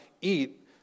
eat